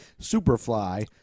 superfly